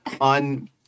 on